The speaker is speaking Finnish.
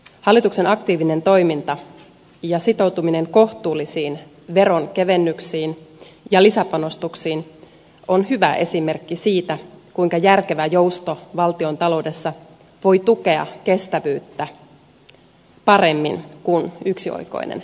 hallituksen aktiivinen toiminta ja sitoutuminen kohtuullisiin veronkevennyksiin ja lisäpanostuksiin on hyvä esimerkki siitä kuinka järkevä jousto valtiontaloudessa voi tukea kestävyyttä paremmin kuin yksioikoinen leikkauslinja